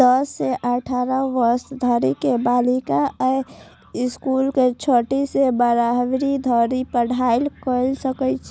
दस सं अठारह वर्ष धरि के बालिका अय स्कूल मे छठी सं बारहवीं धरि पढ़ाइ कैर सकै छै